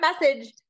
message